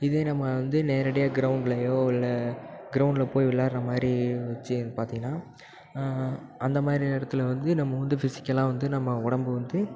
இதே நம்ம வந்து நேரடியாக கிரவுண்ட்லயோ இல்லை கிரவுண்ட்ல போய் விளையாடுற மாதிரி இருந்துச்சுன்னு பார்த்தீங்கன்னா அந்த மாதிரி இடத்துல வந்து நம்ம வந்து பிஸிக்கலாக வந்து நம்ம உடம்பு வந்து